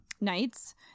nights